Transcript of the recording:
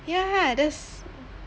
ya that's